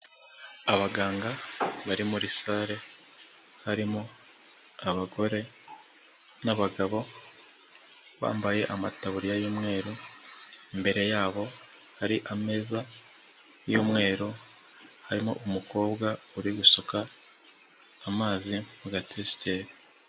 Abaganga bari muri sale harimo abagore n'abagabo, bambaye amataburiya y'umweru, imbere yabo hari ameza y'umweru, harimo umukobwa uri gusuka amazi mu gatesiteri.